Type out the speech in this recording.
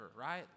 right